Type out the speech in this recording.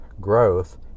growth